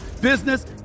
business